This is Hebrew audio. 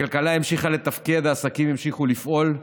הכלכלה המשיכה לתפקד, העסקים המשיכו לפעול,